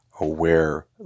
aware